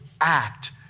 act